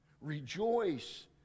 Rejoice